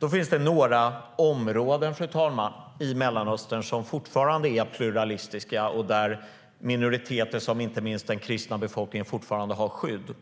Så finns det några områden, fru talman, i Mellanöstern som fortfarande är pluralistiska, där minoriteter som inte minst den kristna befolkningen fortfarande har skydd.